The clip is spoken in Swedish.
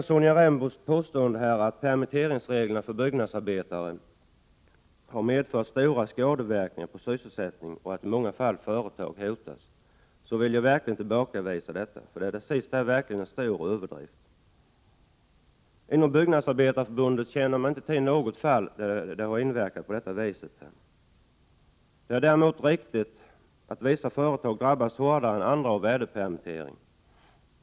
Sonja Rembos påstående, att permitteringsreglerna för byggnadsarbetare har medfört stora skadeverkningar på sysselsättningen och att i många fall företag hotas, vill jag bestämt tillbakavisa. Det är verkligen en stor överdrift. Inom Byggnadsarbetareförbundet känner man inte till något fall där reglerna har verkat på det viset. Däremot är det riktigt att vissa företag drabbas hårdare än andra av väderpermitteringar.